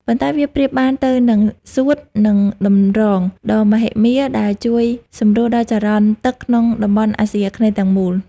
ប៉ុន្តែវាប្រៀបបានទៅនឹង សួត និង តម្រង ដ៏មហិមាដែលជួយសម្រួលដល់ចរន្តទឹកក្នុងតំបន់អាស៊ីអាគ្នេយ៍ទាំងមូល។